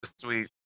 sweet